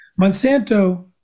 monsanto